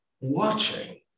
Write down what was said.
watching